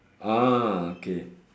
ah okay